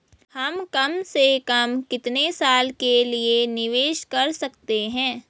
हम कम से कम कितने साल के लिए निवेश कर सकते हैं?